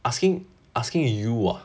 asking asking you ah